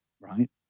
right